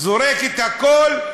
זורק הכול: